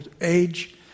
age